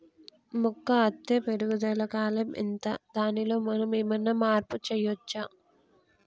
మొక్క అత్తే పెరుగుదల కాలం ఎంత దానిలో మనం ఏమన్నా మార్పు చేయచ్చా?